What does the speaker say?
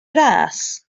ras